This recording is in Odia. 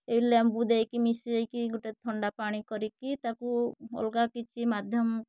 ଏ ଲେମ୍ବୁ ଦେଇକି ମିଶାଇକି ଗୋଟେ ଥଣ୍ଡା ପାଣି କରି ତାକୁ ଅଲଗା କିଛି ମାଧ୍ୟମ